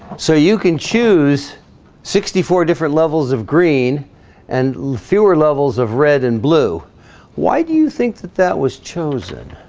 so you can choose sixty four different levels of green and fewer levels of red and blue why do you think that that was chosen?